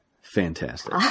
fantastic